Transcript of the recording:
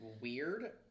weird